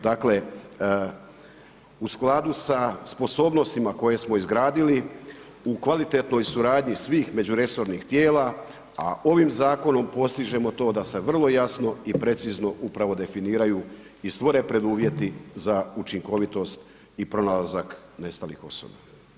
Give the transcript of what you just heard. Dakle, u skladu sa sposobnostima koje smo izgradili u kvalitetnoj suradnji svih međuresornih tijela, a ovim zakonom postižemo to da se vrlo jasno i precizno upravo definiraju i stvore preduvjeti za učinkovitost i pronalazak nestalih osoba.